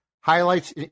highlights